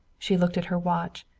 she looked at her watch.